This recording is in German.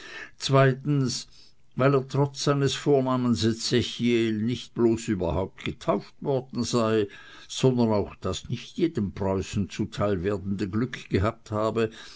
zweitens weil er trotz seines vornamens ezechiel nicht bloß überhaupt getauft worden sei sondern auch das nicht jedem preußen zuteil werdende glück gehabt habe